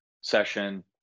session